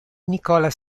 nicola